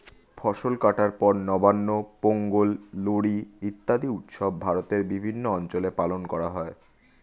ফসল কাটার পর নবান্ন, পোঙ্গল, লোরী ইত্যাদি উৎসব ভারতের বিভিন্ন অঞ্চলে পালন করা হয়